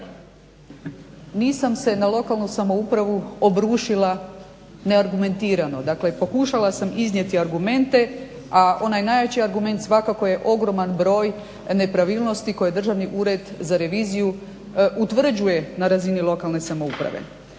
Nisam se na lokalnu samoupravu obrušila neargumentirano, dakle pokušala sam iznijeti argumente, a onaj najjači argument svakako je ogroman broj nepravilnosti koje Državni ured za reviziju utvrđuje na razini lokalne samouprave.